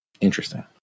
Interesting